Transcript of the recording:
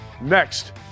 next